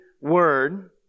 word